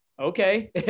Okay